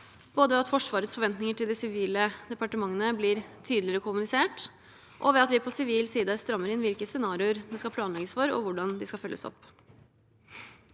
både ved at Forsvarets forventninger til de sivile departementene blir tydeligere kommunisert, og ved at vi på sivil side strammer inn hvilke scenarioer det skal planlegges for, og hvordan de skal følges opp.